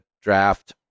draft